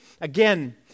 Again